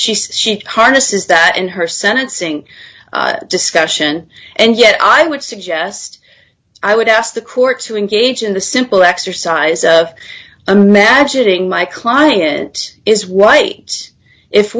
says she harnesses that in her sentencing discussion and yet i would suggest i would ask the court to engage in the simple exercise of imagining my client is white if